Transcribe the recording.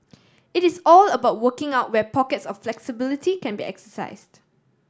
it is all about working out where pockets of flexibility can be exercised